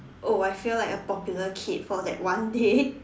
oh I feel like a popular kid for that one day